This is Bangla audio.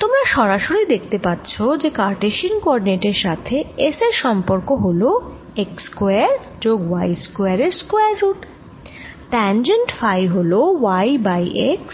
তোমরা সরাসরি দেখতে পাচ্ছ যে কারটেসিয়ান কোঅরডিনেট এর সাথে S এর সম্পর্ক হল x স্কয়ার যোগ yস্কয়ার এর স্কয়ার রুট ট্যানজেন্ট ফাই হল y বাই x